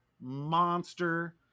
monster